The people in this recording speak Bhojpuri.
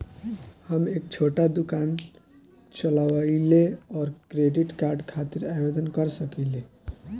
हम एक छोटा दुकान चलवइले और क्रेडिट कार्ड खातिर आवेदन कर सकिले?